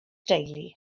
deulu